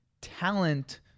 Talent